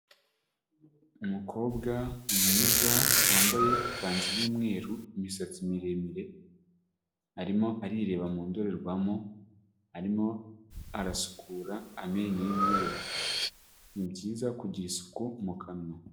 Umukobwa mwiza wambaye ikanzu y'umweru, imisatsi miremire, arimo arireba mu ndorerwamo, arimo arasukura amenyo yiwe. Ni byiza kugira isuku mu kanwa.